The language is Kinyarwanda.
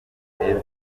zidateza